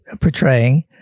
portraying